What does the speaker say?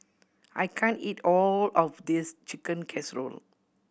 I can't eat all of this Chicken Casserole